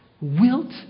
Wilt